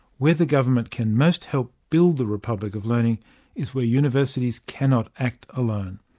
where the government can most help build the republic of learning is where universities cannot act alone.